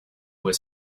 was